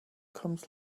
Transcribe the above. comes